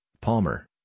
Palmer